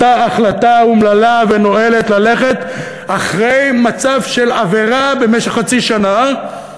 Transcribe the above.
אותה החלטה אומללה ונואלת ללכת אחרי מצב של עבירה במשך חצי שנה,